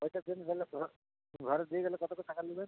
ওইটার জন্য ধরলে ঘর ঘরে দিয়ে গেলে কত করে টাকা নিবেন